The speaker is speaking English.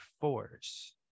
force